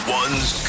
one's